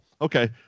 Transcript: Okay